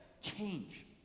change